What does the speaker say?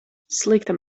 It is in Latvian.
slikta